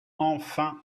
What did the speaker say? enfin